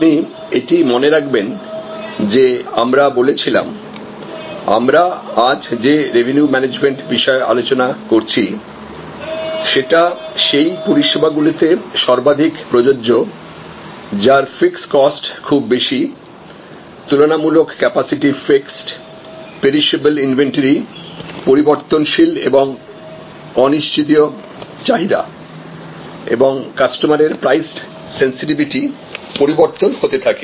আপনি এটি মনে রাখবেন যে আমরা বলেছিলাম আমরা আজ যে রেভিনিউ ম্যানেজমেন্ট বিষয়ে আলোচনা করছি সেটা সেই পরিষেবাগুলিতে সর্বাধিক প্রযোজ্য যার ফিক্সড কস্ট খুব বেশি তুলনামূলক ক্যাপাসিটি ফিক্সড পেরিসেবল ইনভেন্টরি পরিবর্তনশীল এবং অনিশ্চিত চাহিদা এবং কাস্টমারের প্রাইস সেনসিটিভিটি পরিবর্তন হতে থাকে